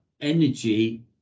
Energy